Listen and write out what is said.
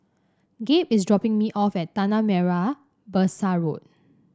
Gabe is dropping me off at Tanah Merah Besar Road